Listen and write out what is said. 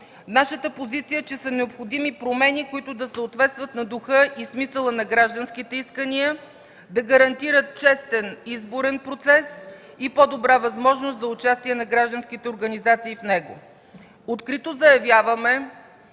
Нашата позиция е, че са необходими промени, които да съответстват на духа и смисъла на гражданските искания, да гарантират честен изборен процес и по-добра възможност за участие на гражданските организации в него. Открито заявяваме,